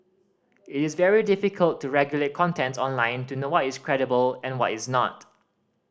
it is very difficult to regulate contents online to know what is credible and what is not